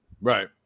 Right